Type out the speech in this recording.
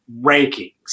rankings